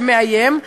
שמאיים,